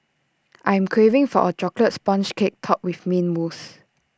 I am craving for A Chocolate Sponge Cake Topped with Mint Mousse